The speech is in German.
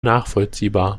nachvollziehbar